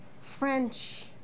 French